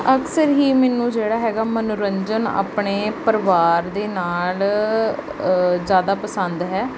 ਅਕਸਰ ਹੀ ਮੈਨੂੰ ਜਿਹੜਾ ਹੈਗਾ ਮਨੋਰੰਜਨ ਆਪਣੇ ਪਰਿਵਾਰ ਦੇ ਨਾਲ ਜ਼ਿਆਦਾ ਪਸੰਦ ਹੈ